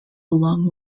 along